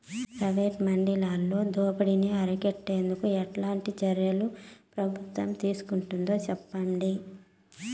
Private మండీలలో దోపిడీ ని అరికట్టేందుకు ఎట్లాంటి చర్యలు ప్రభుత్వం తీసుకుంటుందో చెప్పండి?